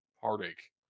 heartache